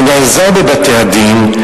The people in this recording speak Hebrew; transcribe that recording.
נעזר בבתי-הדין.